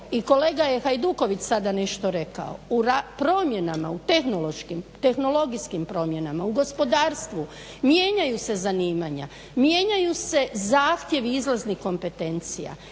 i kolega je Hajduković sada nešto rekao, promjenama u tehnološkim, tehnologijskim promjenama, u gospodarstvu mijenjaju se zanimanja, mijenjaju se zahtjevi izlaznih kompetencija